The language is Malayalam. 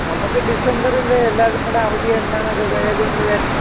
നമുക്ക് ഡിസംബറിൽ എല്ലാതുംകൂടെ അവധി എന്നാണ് വെച്ചാൽ